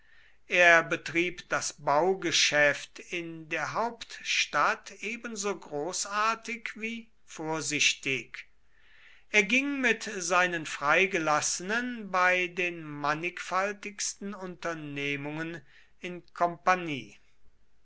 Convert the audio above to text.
er betrieb das baugeschäft in der hauptstadt ebenso großartig wie vorsichtig er ging mit seinen freigelassenen bei den mannigfaltigsten unternehmungen in kompagnie